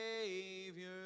Savior